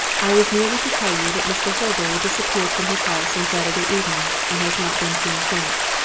i was merely to tell you that mr. horbury disappeared from his house on saturday evening, and has not been seen since.